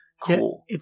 cool